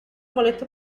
molesto